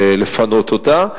ולפנות אותה,